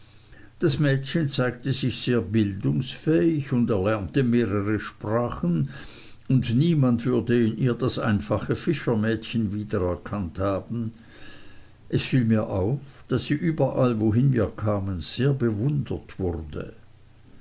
das mädchen zeigte sich sehr bildungsfähig und erlernte mehrere sprachen und niemand würde in ihr das einfache fischermädchen wieder erkannt haben es fiel mir auf daß sie überall wohin wir kamen sehr bewundert wurde